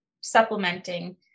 supplementing